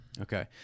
Okay